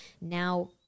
Now